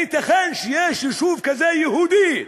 הייתכן שיש יישוב יהודי כזה,